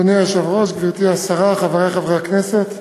אדוני היושב-ראש, גברתי השרה, חברי חברי הכנסת,